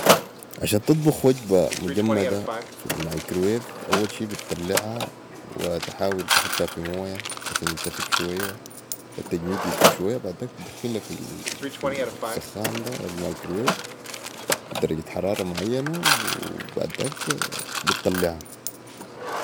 عشان تطبخ وجبه مجمده في المايكرويف اول شي بي تطلعا وتحاول تختها في مويه عشان تفك شويه التجميد يفك شويه بعداك تدخلا في الساخن ده او المايكرويف بي درجة حرارة معينة و بعداك بطلعا